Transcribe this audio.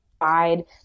provide